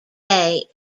day